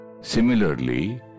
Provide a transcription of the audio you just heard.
Similarly